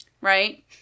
Right